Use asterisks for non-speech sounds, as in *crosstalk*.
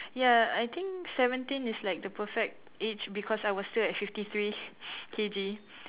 ya I think seventeen is like the perfect age because I was still at fifty three *breath* K_G